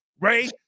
Ray